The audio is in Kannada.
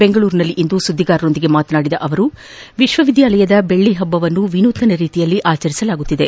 ಬೆಂಗಳೂರಿನಲ್ಲಿಂದು ಸುದ್ದಿಗಾರರೊಂದಿಗೆ ಮಾತನಾಡಿದ ಅವರು ವಿಶ್ವವಿದ್ಯಾಲಯದ ಬೆಲ್ಲ ಪಲ್ಲವನ್ನು ವಿನೂತನ ರೀತಿಯಲ್ಲಿ ಆಚರಿಸಲಾಗುತ್ತಿದೆ